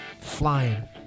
flying